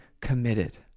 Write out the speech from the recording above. committed